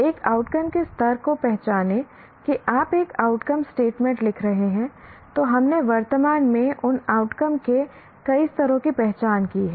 एक आउटकम के स्तर को पहचानें कि आप एक आउटकम स्टेटमेंट लिख रहे हैं तो हमने वर्तमान में उन आउटकम के कई स्तरों की पहचान की है